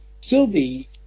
Sylvie